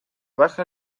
baja